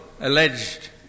alleged